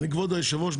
כבוד היושב ראש,